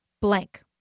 blank